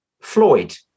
Floyd